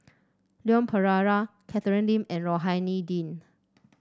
Leon Perera Catherine Lim and Rohani Din